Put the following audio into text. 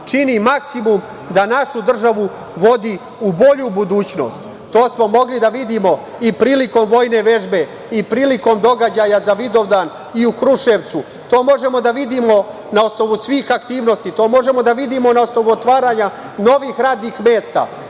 čini maksimum da našu državu vodi u bolju budućnost. To smo mogli da vidimo i prilikom vojne vežbe i prilikom događaja za Vidovdan i u Kruševcu. To možemo da vidimo na osnovu svih aktivnosti. To možemo da vidimo na osnovu otvaranja novih radnih mesta. Dakle,